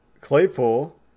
Claypool